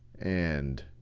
and